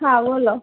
હા બોલો